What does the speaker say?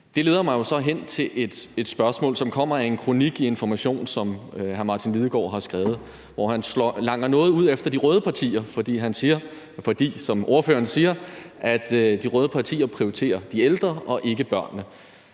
Det leder mig jo så hen til et spørgsmål, som kommer af en kronik i Information, som hr. Martin Lidegaard har skrevet, og hvor han langer noget ud efter de røde partier, fordi de, som ordføreren siger, prioriterer de ældre og ikke børnene.